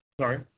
Sorry